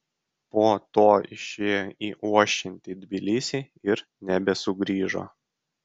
po to išėjo į ošiantį tbilisį ir nebesugrįžo